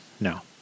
No